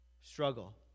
struggle